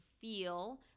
feel